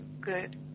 good